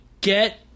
get